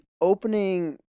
opening